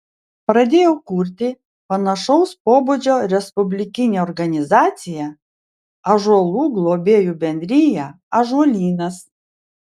pradėjau kurti panašaus pobūdžio respublikinę organizaciją ąžuolų globėjų bendriją ąžuolynas